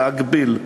להגביל.